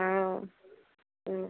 অঁ